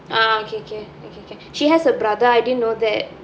uh okay K okay K she has a brother I didn't know that